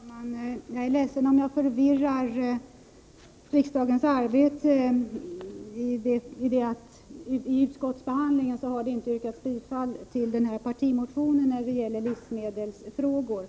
Herr talman! Jag är ledsen om jag skapar förvirring i riksdagens arbete. Vid utskottsbehandlingen har det inte yrkats bifall till vår partimotion om livsmedelsfrågor.